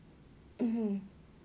mmhmm